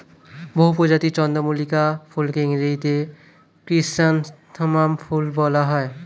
বহু প্রজাতির চন্দ্রমল্লিকা ফুলকে ইংরেজিতে ক্রিস্যান্থামাম ফুল বলা হয়